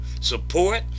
support